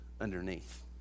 underneath